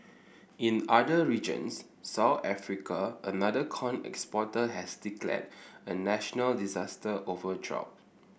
in other regions South Africa another corn exporter has declared a national disaster over drought